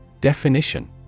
Definition